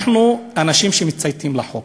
אנחנו אנשים שמצייתים לחוק,